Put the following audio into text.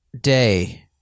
Day